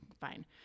fine